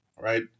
right